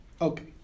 Okay